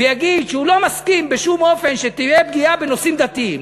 ויגיד שהוא לא מסכים בשום אופן שתהיה פגיעה בנושאים דתיים.